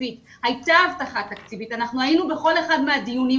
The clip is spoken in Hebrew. תקציב חד שנתי,